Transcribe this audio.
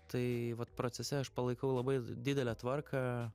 tai vat procese aš palaikau labai didelę tvarką